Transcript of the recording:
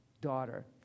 daughter